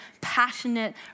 passionate